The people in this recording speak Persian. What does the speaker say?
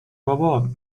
بابا